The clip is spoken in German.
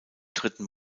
dritten